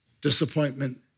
disappointment